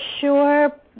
sure